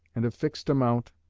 and of fixed amount,